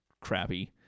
crappy